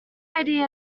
idea